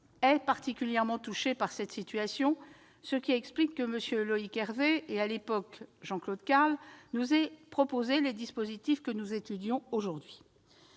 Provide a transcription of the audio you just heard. est particulièrement touchée par cette situation, ce qui explique que M. Loïc Hervé et, à l'époque, M. Jean-Claude Carle nous aient proposé les dispositifs que nous étudions aujourd'hui.